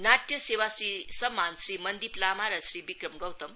नाटय सेवाश्री सम्मान श्री मन्दिप लामा र श्री बिक्रम गौतम